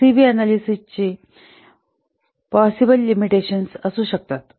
तर C B अन्यालीसीसची ही पॉसिबल लिमिटेशन असू शकतात